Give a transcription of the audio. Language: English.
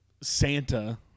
Santa